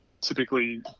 typically